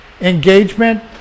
engagement